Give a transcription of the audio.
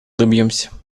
добьемся